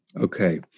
Okay